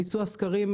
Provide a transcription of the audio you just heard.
ביצוע סקרים,